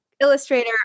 illustrator